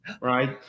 right